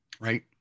Right